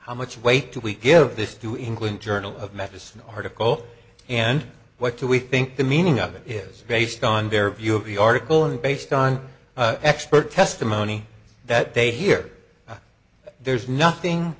how much weight do we give this to england journal of medicine article and what do we think the meaning of it is based on their view of the article and based on expert testimony that they hear there's nothing